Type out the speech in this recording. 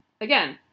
again